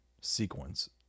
sequence